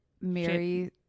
mary